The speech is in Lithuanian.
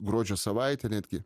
gruodžio savaitė netgi